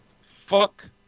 Fuck